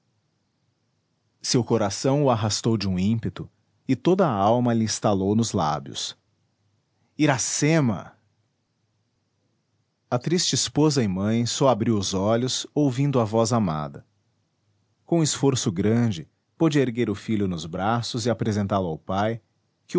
seu coração o arrastou de um ímpeto e toda a alma lhe estalou nos lábios iracema a triste esposa e mãe soabriu os olhos ouvindo a voz amada com esforço grande pôde erguer o filho nos braços e apresentá-lo ao pai